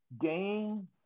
gain